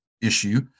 issue